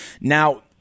now